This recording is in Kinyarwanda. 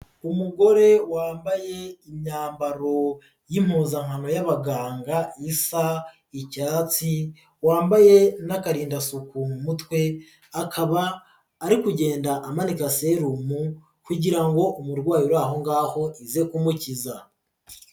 Umugore wambaye imyambaro y'impuzankano y'abaganga isa icyatsi, wambaye n'agarindadasuku mu mutwe, akaba ari kugenda amanika serumu kugira ngo umurwayi ura aho ngaho ize kumukiza.